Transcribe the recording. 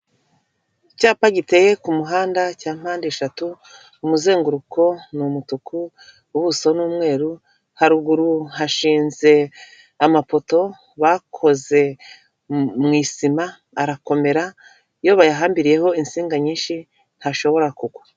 Icyapa giteye ku muhanda cya mpande eshatu, umuzenguruko ni umutuku, ubuso ni umweru, haruguru hashinze amapoto bakoze mu isima arakomera, iyo bayahambiriyeho insinga nyinshi ntashobora kugwa.